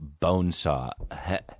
Bonesaw